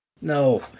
No